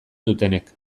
dutenek